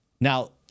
Now